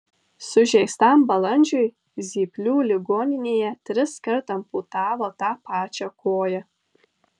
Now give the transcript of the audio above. sužeistam balandžiui zyplių ligoninėje triskart amputavo tą pačią koją